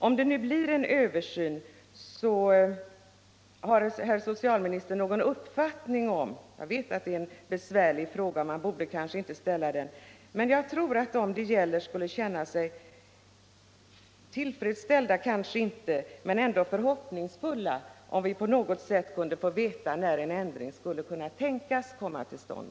Om det nu blir en översyn, har herr socialministern någon uppfattning om när den kan bli av? Jag vet att det är en besvärlig fråga — jag borde kanske inte ställa den — men jag tror att de som den gäller skulle känna sig om inte tillfredsställda så ändå förhoppningsfulla om vi kunde få veta när en ändring kan tänkas komma till stånd.